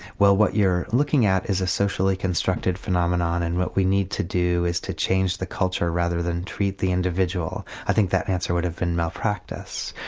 well what you're looking at is a socially constructed phenomenon and what we need to do is to change the culture rather than treat the individual. i think that answer would have been malpractice.